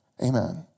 Amen